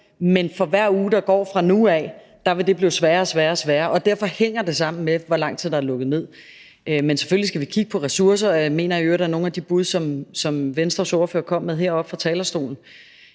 at for hver uge, der går fra nu af, vil det blive sværere og sværere. Så derfor hænger det sammen med, hvor lang tid der er lukket ned. Selvfølgelig skal vi kigge på ressourcer, og jeg mener i øvrigt, at nogle af de bud, som Venstres ordfører kom med heroppe fra talerstolen